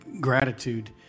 Gratitude